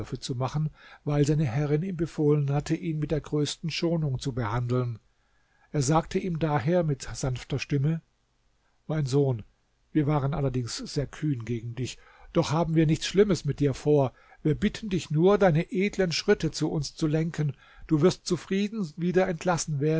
zu machen weil seine herrin ihm befohlen hatte ihn mit der größten schonung zu behandeln er sagte ihm daher mit sanfter stimme mein sohn wir waren allerdings sehr kühn gegen dich doch haben wir nichts schlimmes mit dir vor wir bitten dich nur deine edlen schritte zu uns zu lenken du wirst zufrieden wieder entlassen